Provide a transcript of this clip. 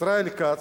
ישראל כץ,